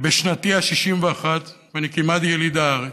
שבשנתי ה-61, ואני כמעט יליד הארץ,